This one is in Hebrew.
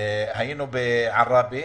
בעראבה